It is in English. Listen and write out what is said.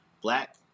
black